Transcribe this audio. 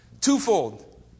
Twofold